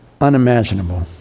unimaginable